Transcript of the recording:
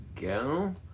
go